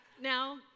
Now